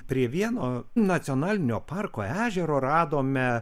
prie vieno nacionalinio parko ežero radome